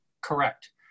correct